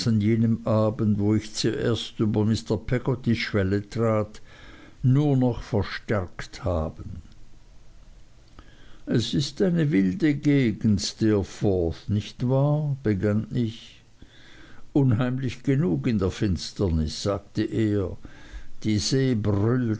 an jenem abend wo ich zuerst über mr peggottys schwelle trat nur noch verstärkt haben es ist eine wilde gegend steerforth nicht wahr begann ich unheimlich genug in der finsternis sagte er die